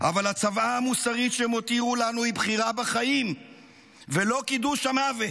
אבל הצוואה המוסרית שהם הותירו לנו היא בחירה בחיים ולא קידוש המוות.